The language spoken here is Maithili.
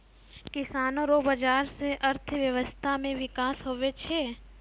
किसानो रो बाजार से अर्थव्यबस्था मे बिकास हुवै छै